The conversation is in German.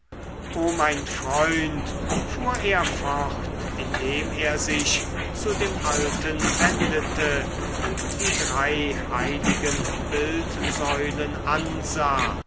o mein freund fuhr er fort indem er sich zu dem alten wendete und die drei heiligen bildsäulen ansah